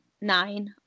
nine